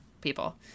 people